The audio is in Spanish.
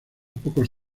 pocos